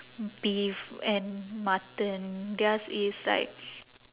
beef and mutton theirs is like